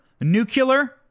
nuclear